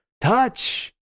Touch